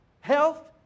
health